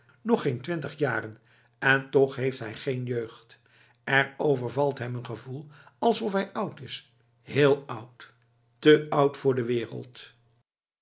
nog geen twintig jaren en toch heeft hij geen jeugd er overvalt hem een gevoel alsof hij oud is heel oud te oud voor de wereld